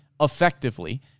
effectively